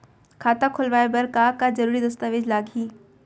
खाता खोलवाय बर का का जरूरी दस्तावेज लागही?